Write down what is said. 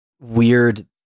weird